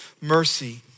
mercy